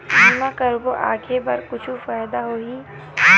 बीमा करबो आगे बर कुछु फ़ायदा होही?